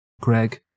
Greg